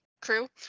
crew